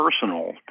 personal